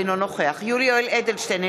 אינו נוכח יולי יואל אדלשטיין,